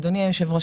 אדוני היושב-ראש,